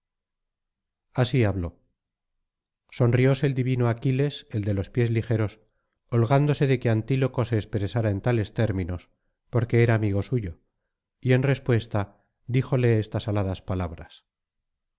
así habló sonrióse el divino aquiles el de los pies ligeros holgándose de que antíloco se expresara en tales términos porque era amigo suyo y en respuesta díjole estas aladas palabras